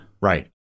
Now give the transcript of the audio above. Right